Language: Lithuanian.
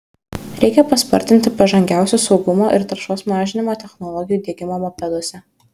reikia paspartinti pažangiausių saugumo ir taršos mažinimo technologijų diegimą mopeduose